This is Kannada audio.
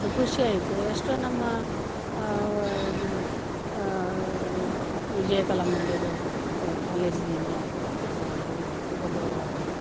ಅದು ಖುಷಿಯಾಯ್ತು ಎಷ್ಟೋ ನಮ್ಮ ವಿಜಯ ಕಲಾ ಮಂದಿರ ಕಾಲೇಜ್ನಿಂದ ಒಬ್ಬವ